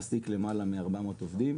מעסיק למעלה מ-400 עובדים